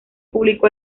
publicó